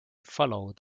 followed